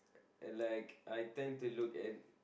and like I tend to look in